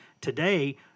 Today